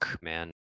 man